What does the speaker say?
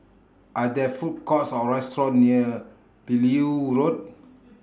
Are There Food Courts Or restaurants near Beaulieu Road